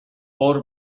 por